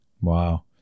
Wow